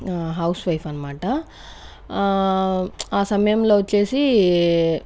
house wife అన్నమాట ఆ సమయంలో వచ్చేసి